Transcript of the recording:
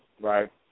right